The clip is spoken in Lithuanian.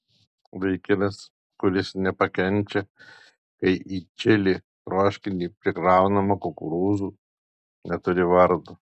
vaikinas kuris nepakenčia kai į čili troškinį prikraunama kukurūzų neturi vardo